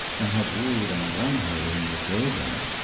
and had wooed and won her in the graveyard.